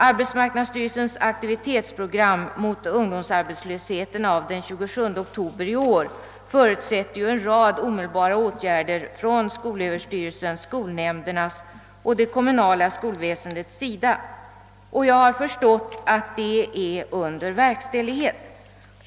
Arbetsmarknadsstyrelsens aktivitetsprogram mot ungdomsarbetslösheten av den 27 oktober i år förutsätter ju en rad omedelbara åtgärder från skolöverstyrelsens, skolnämndernas och det kommunala skolväsendets sida, och jag har förstått att det är under verkställighet.